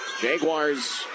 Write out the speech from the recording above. Jaguars